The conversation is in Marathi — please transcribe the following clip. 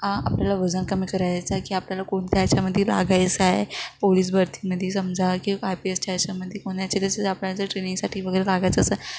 आ आपल्याला वजन कमी करायचं आहे की आपल्याला कोणत्या याच्यामध्ये लागायचं आहे पोलीस भरतीमध्ये समजा की आय पी एसच्या याच्यामध्ये कोणाच्या आपल्याला जर ट्रेनिंगसाठी वगैरे लागायचं असं